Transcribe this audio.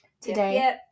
today